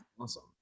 Awesome